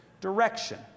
direction